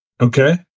Okay